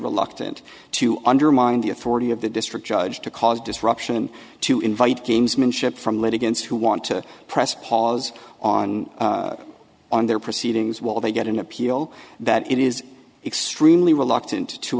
reluctant to undermine the authority of the district judge to cause disruption to invite gamesmanship from litigants who want to press pause on on their proceedings while they get an appeal that is extremely reluctant to